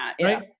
right